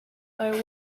are